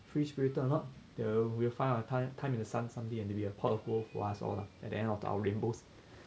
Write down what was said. free spirited or not the we will find a time time in the sun some day everyday ah part of growth for us all lah at the end of our rainbows